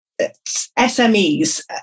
SMEs